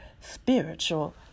spiritual